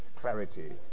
clarity